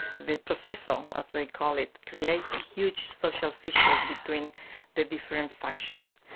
the proceso um as they call it, created huge social fissures between the different factions.